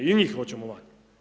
I njih hoćemo van.